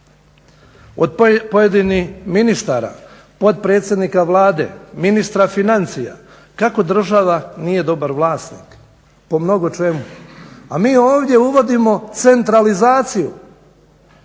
od pojedinih ministara, potpredsjednika Vlade, ministra financija kako država nije dobar vlasnik po mnogo čemu a mi ovdje uvodimo centralizaciju.